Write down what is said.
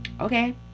Okay